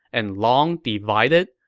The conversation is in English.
and long divided,